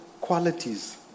qualities